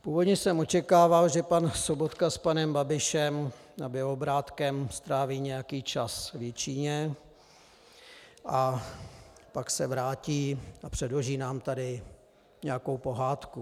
Původně jsem očekával, že pan Sobotka s panem Babišem a Bělobrádkem stráví nějaký čas v Jičíně a pak se vrátí a předloží nám tady nějakou pohádku.